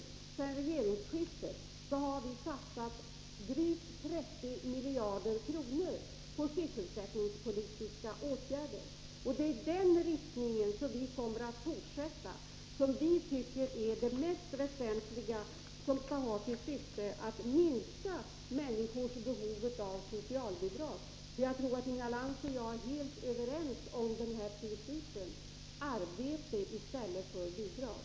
Sedan regeringsskiftet har vi satsat drygt 30 miljarder kronor på sysselsättningspolitiska åtgärder. Det är i den riktningen som vi kommer att fortsätta. Det tycker vi är det mest väsentliga när det gäller att minska människors behov av socialbidrag. Jag tror att Inga Lantz och jag är helt överens om principen arbete i stället för bidrag.